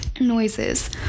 noises